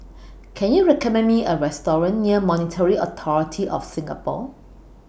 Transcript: Can YOU recommend Me A Restaurant near Monetary Authority of Singapore